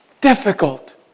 difficult